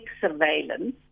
surveillance